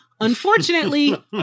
Unfortunately